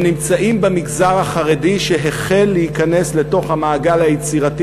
הם נמצאים במגזר החרדי שהחל להיכנס לתוך המעגל היצירתי